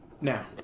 Now